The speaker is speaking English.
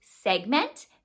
segment